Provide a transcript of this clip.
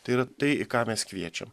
tai yra tai į ką mes kviečiam